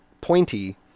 pointy